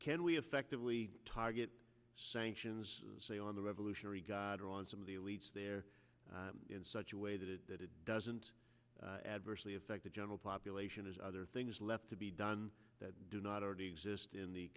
can we effectively target sanctions say on the revolutionary guard or on some of the elites there in such a way that it doesn't adversely affect the general population as other things left to be done that do not already exist in the